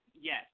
Yes